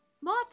More